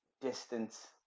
distance